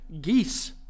Geese